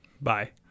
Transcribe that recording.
Bye